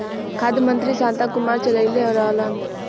खाद्य मंत्री शांता कुमार चललइले रहलन